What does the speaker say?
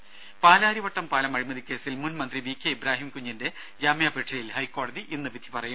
രുമ പാലാരിവട്ടം പാലം അഴിമതിക്കേസിൽ മുൻമന്ത്രി വി കെ ഇബ്രാഹിംകുഞ്ഞിന്റെ ജാമ്യാപേക്ഷയിൽ ഹൈക്കോടതി ഇന്ന് വിധി പറയും